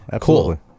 cool